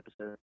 episode